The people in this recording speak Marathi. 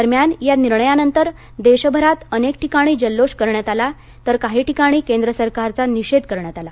दरम्यान या निर्णयानंतर देशभरात अनेक ठिकाणी जल्लोष करण्यात आला तर काही ठिकाणी केंद्र सरकारचा निषेध करण्यात आला